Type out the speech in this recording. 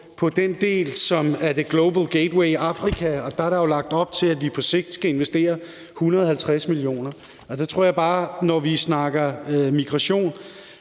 på den del, som er Global Gateway Afrika-pakken. Der er der jo lagt op til, at vi på sigt skal investere 150 mia. euro . Der tror jeg bare, at når vi snakker migration,